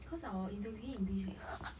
because our interview english leh